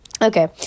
Okay